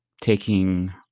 taking